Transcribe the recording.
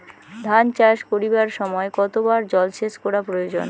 ধান চাষ করিবার সময় কতবার জলসেচ করা প্রয়োজন?